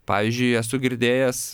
pavyzdžiui esu girdėjęs